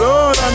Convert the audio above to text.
Lord